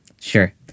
Sure